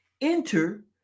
enter